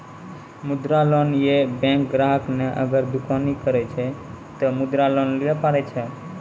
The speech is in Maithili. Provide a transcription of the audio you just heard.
मुद्रा लोन ये बैंक ग्राहक ने अगर दुकानी करे छै ते मुद्रा लोन लिए पारे छेयै?